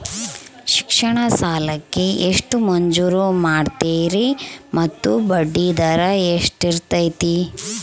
ಶಿಕ್ಷಣ ಸಾಲಕ್ಕೆ ಎಷ್ಟು ಮಂಜೂರು ಮಾಡ್ತೇರಿ ಮತ್ತು ಬಡ್ಡಿದರ ಎಷ್ಟಿರ್ತೈತೆ?